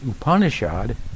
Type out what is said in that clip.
Upanishad